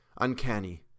uncanny